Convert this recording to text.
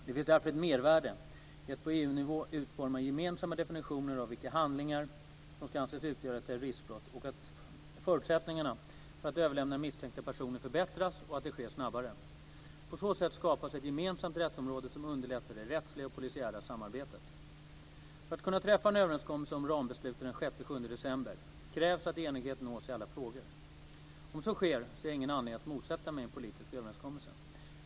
Det finns därför ett mervärde i att på EU-nivå utforma gemensamma definitioner av vilka handlingar som ska anses utgöra terroristbrott, att förutsättningarna för att överlämna misstänkta personer förbättras och att det sker snabbare. På så sätt skapas ett gemensamt rättsområde som underlättar det rättsliga och polisiära samarbetet. För att kunna träffa en överenskommelse om rambesluten den 6-7 december krävs att enighet nås i alla frågor. Om så sker ser jag ingen anledning att motsätta mig en politisk överenskommelse.